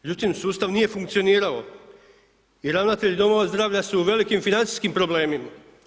Međutim, sustav nije funkcionirao i ravnatelji domova zdravlja su u velikim financijskim problemima.